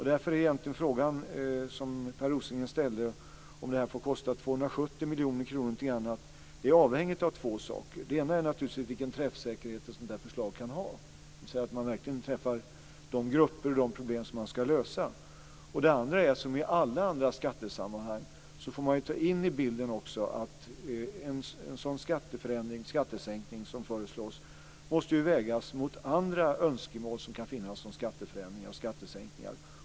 Därför är den fråga som Per Rosengren ställde om det får kosta 270 miljoner avhängig två saker. Det ena är vilken träffsäkerhet ett sådant här förslag kan ha så att man verkligen träffar de problem som ska lösas. Det andra är att man - som i alla andra skattesammanhang - får ta med i bilden att en sådan skattesänkning som föreslås måste vägas mot andra önskemål som kan finnas om skatteförändringar och skattesänkningar.